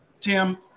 Tim